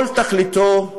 כל תכליתו,